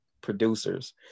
producers